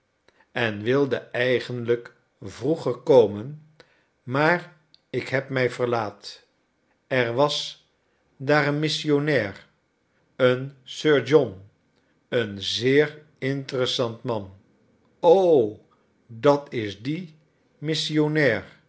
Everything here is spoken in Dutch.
en wilde eigenlijk vroeger komen maar ik heb mij verlaat er was daar een missionnair een sir john een zeer interessant man o dat is die